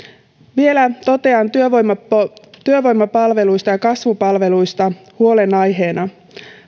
vielä totean työvoimapalveluista työvoimapalveluista ja kasvupalveluista huolenaiheena